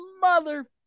mother